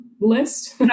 list